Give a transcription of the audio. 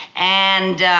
and,